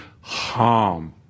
harm